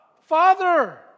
Father